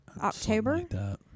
October